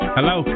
Hello